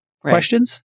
Questions